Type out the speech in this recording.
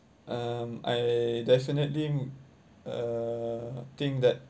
um I definitely uh think that